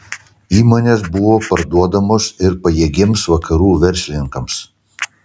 įmonės buvo parduodamos ir pajėgiems vakarų verslininkams